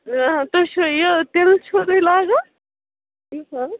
تُہۍ چھُو یہِ تِلہٕ چھُو تُہۍ لاگان